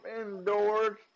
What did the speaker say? indoors